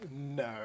No